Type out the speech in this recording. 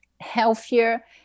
healthier